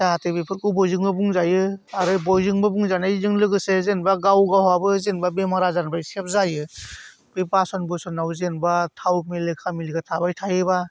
जाहाथे बेफोरखौ बयजोंबो बुंजायो आरो बयजोंबो बुंजानायजों लोगोसे जेनेबा गाव गावहाबो जेनेबा बेमार आजारनिफ्राय सेभ जायो बे बासोन बुसनाव जेनेबा थाव मेलेखा मेलेखा थाबाय थायोबा